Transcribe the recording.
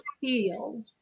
feel